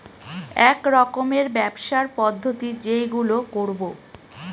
এক রকমের ব্যবসার পদ্ধতি যেইগুলো করবো